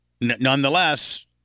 nonetheless